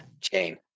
chain